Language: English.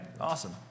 Awesome